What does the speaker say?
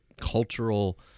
cultural